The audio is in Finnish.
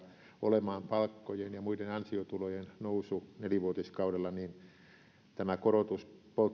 olemaan palkkojen ja muiden ansiotulojen nousu nelivuotiskaudella tämä korotus polttoaineiden